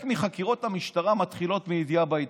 מחקירות המשטרה מתחילות מידיעה בעיתון.